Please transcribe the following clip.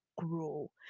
Grow